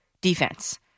defense